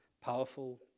powerful